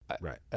Right